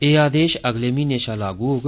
एह् आदेश अगले म्हीने शा लागू होग